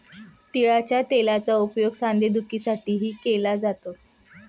तिळाच्या तेलाचा उपयोग सांधेदुखीसाठीही केला जातो